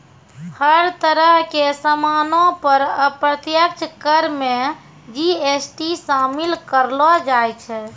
हर तरह के सामानो पर अप्रत्यक्ष कर मे जी.एस.टी शामिल करलो जाय छै